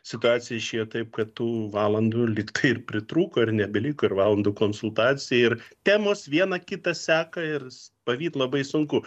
situacija išėjo taip kad tų valandų lygtai ir pritrūko ir nebeliko ir valandų konsultacijai ir temos viena kitą seka ir pavyt labai sunku